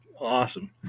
awesome